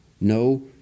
No